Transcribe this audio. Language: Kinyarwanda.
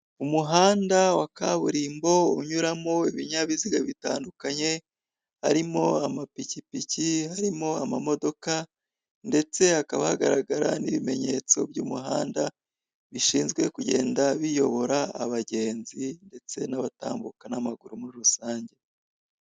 Umuhanda wa kaburimbo unyuramo ibinyabiziga bitandukanye, harimo amapikipiki harimo amamodoka, ndetse hakaba hagaragara n'ibimenyetso by'umuhanda, bishinzwe kugenda biyobora abagenzi ndetse n'abatambuka n'amaguru muri rusange.